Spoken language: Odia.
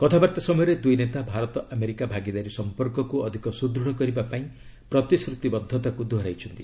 କଥାବାର୍ତ୍ତା ସମୟରେ ଦୁଇ ନେତା ଭାରତ ଆମେରିକା ଭାଗିଦାରୀ ସମ୍ପର୍କକୁ ଅଧିକ ସୁଦୃଢ଼ କରିବାପାଇଁ ପ୍ରତିଶ୍ରତିବଦ୍ଧତାକୁ ଦୋହରାଇଛନ୍ତି